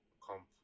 comp